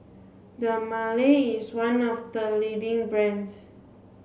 Dermale is one of the leading brands